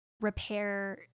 repair